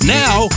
now